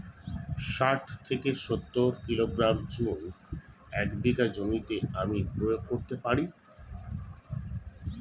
শাঠ থেকে সত্তর কিলোগ্রাম চুন এক বিঘা জমিতে আমি প্রয়োগ করতে পারি?